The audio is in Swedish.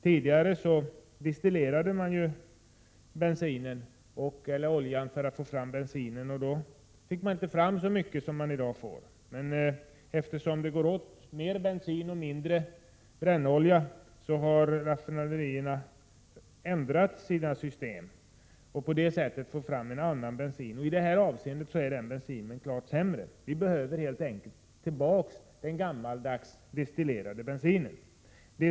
Tidigare destillerade man oljan för att få fram bensinen. Då fick man inte fram så mycket bensin som i dag. Men eftersom det går åt mer bensin och mindre brännolja i dag har raffinaderierna ändrat sina system och därigenom fått fram en annan bensin som är klart sämre. Vi behöver helt enkelt få tillbaka den gammaldags destillerade bensinen.